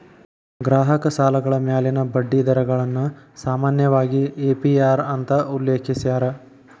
ಗ್ರಾಹಕ ಸಾಲಗಳ ಮ್ಯಾಲಿನ ಬಡ್ಡಿ ದರಗಳನ್ನ ಸಾಮಾನ್ಯವಾಗಿ ಎ.ಪಿ.ಅರ್ ಅಂತ ಉಲ್ಲೇಖಿಸ್ಯಾರ